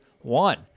one